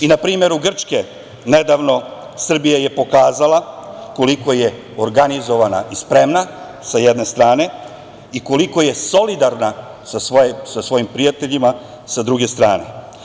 Na primeru Grče nedavno Srbija je pokazala koliko je organizovana i spremna, sa jedne strane, i koliko je solidarna sa svojim prijateljima, sa druge strane.